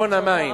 חשבון המים.